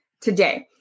today